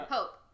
Hope